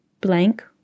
blank